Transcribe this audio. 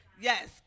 Yes